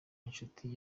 inshuti